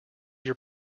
your